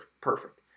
perfect